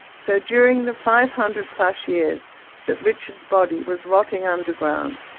so, during the five hundred plus years that richard's body was rotting underground,